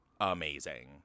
amazing